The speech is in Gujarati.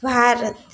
ભારત